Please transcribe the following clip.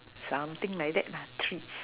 something like that treats